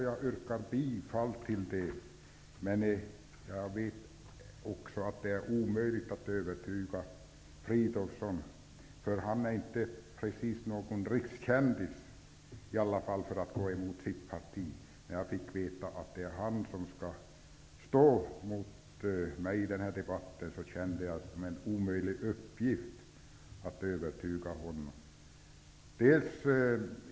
Jag yrkar bifall till reservationen. Jag vet också att det är omöjligt att övertyga Filip Fridolfsson. Han är inte precis någon rikskändis när det gäller att gå emot sitt parti. När jag fick veta att det var han som skulle stå emot mig i den här debatten, kände jag att det var en omöjlig uppgift att övertyga honom.